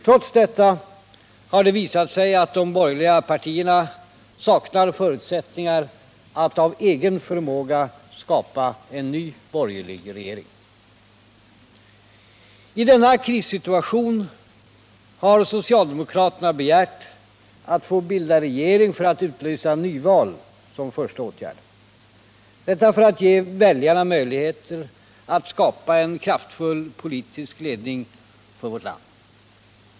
Trots detta har det visat sig att de borgerliga partierna saknar förutsättningar att av egen förmåga skapa en ny borgerlig regering. I denna krissituation har socialdemokraterna begärt att få bilda regering för att utlysa nyval som första åtgärd — detta för att ge väljarna möjligheter att skapa en kraftfull politisk ledning för vårt land.